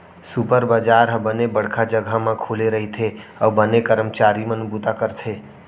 super बजार ह बने बड़का जघा म खुले रइथे अउ बने करमचारी मन बूता करथे